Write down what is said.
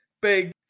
big